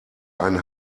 ein